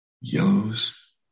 Yellows